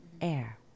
air